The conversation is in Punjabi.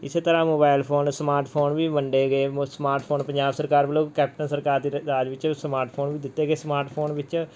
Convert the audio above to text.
ਇਸ ਤਰ੍ਹਾਂ ਮੋਬਾਇਲ ਫੋਨ ਸਮਾਰਟ ਫੋਨ ਵੀ ਵੰਡੇ ਗਏ ਮੋ ਸਮਾਰਟ ਫੋਨ ਪੰਜਾਬ ਸਰਕਾਰ ਵੱਲੋਂ ਕੈਪਟਨ ਸਰਕਾਰ ਦੇ ਰ ਰਾਜ ਵਿੱਚ ਸਮਾਰਟ ਫੋਨ ਵੀ ਦਿੱਤੇ ਗਏ ਸਮਾਰਟ ਫੋਨ ਵਿੱਚ